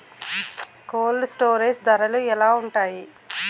Cold storage ధరలు ఎలా ఉంటాయి?